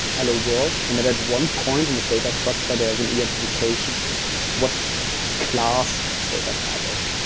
hello world, and then at one point in this data structure, there's an identification what class this data type is.